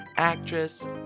actress